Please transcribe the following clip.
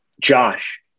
Josh